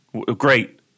great